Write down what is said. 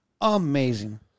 Amazing